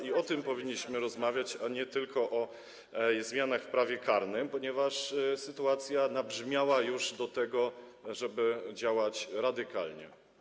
I o tym powinniśmy rozmawiać, a nie tylko o zmianach w prawie karnym, ponieważ sytuacja nabrzmiała już tak, że trzeba działać radykalnie.